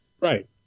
Right